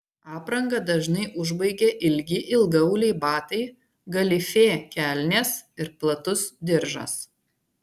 aprangą dažnai užbaigia ilgi ilgaauliai batai galifė kelnės ir platus diržas